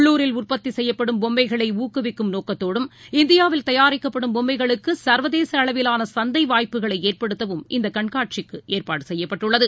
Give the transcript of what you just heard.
உள்ளூரில் உற்பத்திசெய்யப்படும் பொம்மைகளைஊக்குவிக்கும் நோக்கத்தோடும் இந்தியாவில் தயாரிக்கப்படும் பொம்மைகளுக்குசர்வதேசஅளவிலானசந்தைவாய்ப்புக்களைஏற்படுத்தவும் இந்தகண்காட்சிக்குஏற்பாடுசெய்யப்பட்டுள்ளது